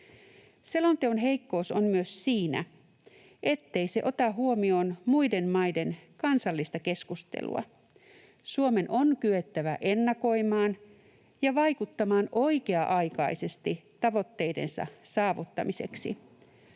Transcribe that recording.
Selonteon heikkous on myös siinä, ettei se ota huomioon muiden maiden kansallista keskustelua. Suomen on kyettävä ennakoimaan ja vaikuttamaan oikea-aikaisesti tavoitteidensa saavuttamiseksi.